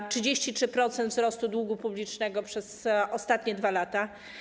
To 33-procentowy wzrost długu publicznego przez ostatnie 2 lata.